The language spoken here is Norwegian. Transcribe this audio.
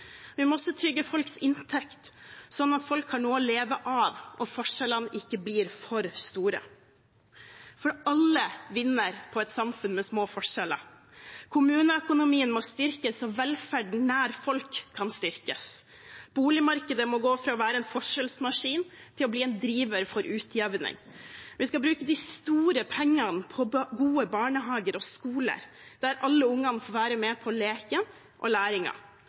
Vi må også trygge folks inntekt, slik at folk har noe å leve av og forskjellene ikke blir for store, for alle vinner på et samfunn med små forskjeller. Kommuneøkonomien må styrkes, så velferden nær folk kan styrkes. Boligmarkedet må gå fra å være en forskjellsmaskin til å bli en driver for utjevning. Vi skal bruke de store pengene på gode barnehager og skole, der alle barna får være med på leken og